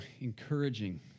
encouraging